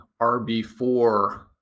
RB4